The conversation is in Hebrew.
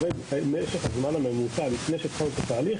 משך הזמן הממוצע לפני שהתחלנו את התהליך